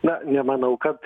na nemanau kad